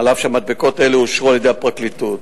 אף שמדבקות אלה אושרו על-ידי הפרקליטות.